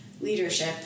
leadership